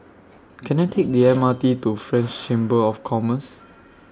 Can I Take The M R T to French Chamber of Commerce